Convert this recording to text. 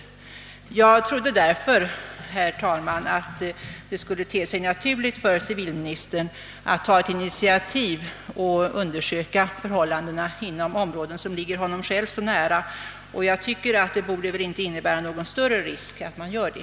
Jag trodde därför att det skulle te sig naturligt för civilministern att ta ett initiativ och undersöka förhållandena inom områden som ligger honom själv så nära. Det torde inte innebära någon större risk att göra det.